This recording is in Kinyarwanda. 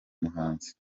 muhanzi